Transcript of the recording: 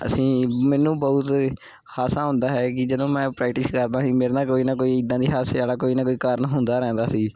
ਅਸੀਂ ਮੈਨੂੰ ਬਹੁਤ ਹਾਸਾ ਆਉਂਦਾ ਹੈ ਕਿ ਜਦੋਂ ਮੈਂ ਪ੍ਰੈਕਟਿਸ ਕਰਦਾ ਸੀ ਮੇਰੇ ਨਾਲ ਕੋਈ ਨਾ ਕੋਈ ਇੱਦਾਂ ਦੀ ਹਾਸੇ ਵਾਲਾ ਕੋਈ ਨਾ ਕੋਈ ਕਾਰਨ ਹੁੰਦਾ ਰਹਿੰਦਾ ਸੀ